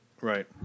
Right